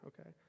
okay